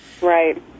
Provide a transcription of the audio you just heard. Right